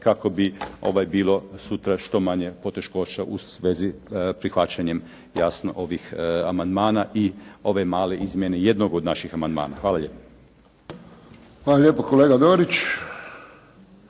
kako bi bilo sutra što manje poteškoća u svezi prihvaćanjem jasno ovih amandmana i ove male izmjene jednog od naših amandmana. Hvala lijepo. **Friščić, Josip